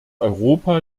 europa